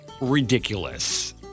ridiculous